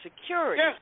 Security